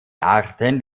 arten